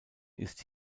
ist